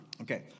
Okay